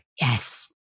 Yes